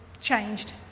changed